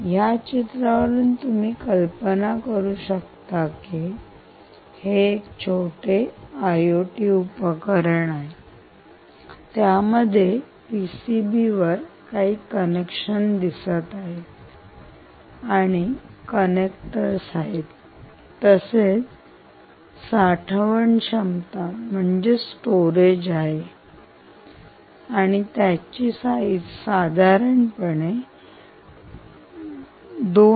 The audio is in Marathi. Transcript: या चित्रावरून तुम्ही कल्पना करू शकता की हे एक छोटे आयओटी उपकरण आहे त्यामध्ये पीसीबी वर काही कनेक्शन दिसत आहे आणि कंनेक्टरस आहेत तसेच साठवण क्षमता स्टोरेज आहे आणि त्याची साईज साधारणपणे 2